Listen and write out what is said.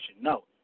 No